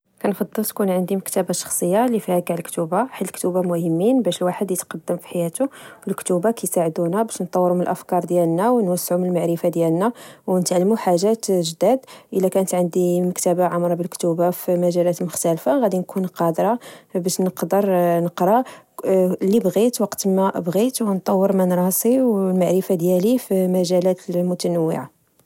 كنفضل تكون عندي مكتبة شخصية لفيها چاع الكتوبة، حيت الكتوبا مهمين باش الواحد يتقدم فحياتو. الكتوبا كيساعدونا باش نطوروا من أفكار ديالنا ، ونوسعوا من المعرفة ديالنا، ونتعلموا حاجات جداد. إلا كانت عندي مكتبة عامرة بالكتوبا فمجالات مختلفة، غادي نكون قادرا باش نقدر لي بغيت وقتما بغيت ، ونطور من راسي والمعرفة ديالي فمجالات اللي متنوعة.